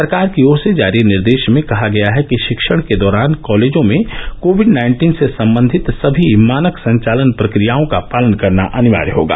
सरकार की ओर से जारी निर्देश में कहा गया है कि शिक्षण के दौरान कॉलेजों में कोविड नाइन्टीन से सम्बंधित सभी मानक संचालन प्रक्रियाओं का पालन करना अनिवार्य होगा